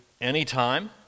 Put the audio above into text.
anytime